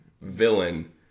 villain